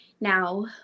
Now